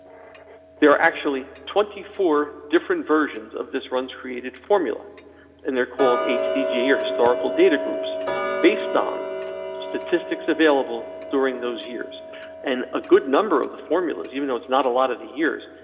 there are actually twenty four different versions of this runs created formula in there called hg or historical data groups based on statistics available during those years and a good number of the formulas even though it's not a lot of the years,